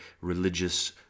religious